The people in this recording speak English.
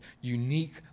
unique